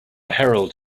herald